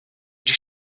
die